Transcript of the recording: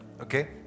okay